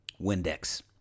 Windex